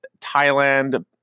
Thailand